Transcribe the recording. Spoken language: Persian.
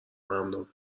ممنون